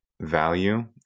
value